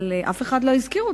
ואף אחד לא הזכיר אותה,